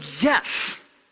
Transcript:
yes